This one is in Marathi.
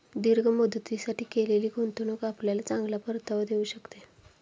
दीर्घ मुदतीसाठी केलेली गुंतवणूक आपल्याला चांगला परतावा देऊ शकते